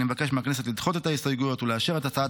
אני מבקש מהכנסת לדחות את ההסתייגויות ולאשר את הצעת